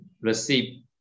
receive